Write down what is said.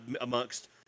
amongst –